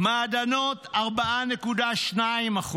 מעדנות, 4.2%,